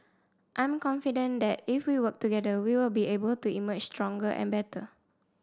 I'm confident that if we work together we will be able to emerge stronger and better